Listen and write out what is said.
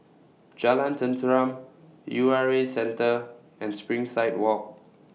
Jalan Tenteram U R A Centre and Springside Walk